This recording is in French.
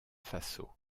faso